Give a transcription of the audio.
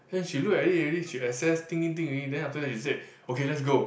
then she look at it already she assess think think think already then after that she say okay let's go